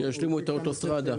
היה מכרז,